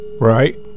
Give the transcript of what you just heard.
Right